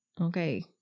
Okay